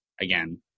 again